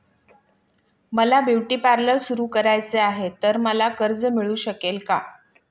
मला beauty parlour सुरू करायचे आहे तर मला कर्ज मिळू शकेल का?